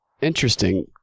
Interesting